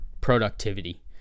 productivity